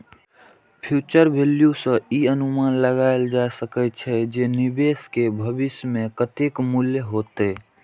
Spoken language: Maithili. फ्यूचर वैल्यू सं ई अनुमान लगाएल जा सकै छै, जे निवेश के भविष्य मे कतेक मूल्य हेतै